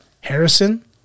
Harrison